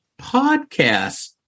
podcast